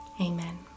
Amen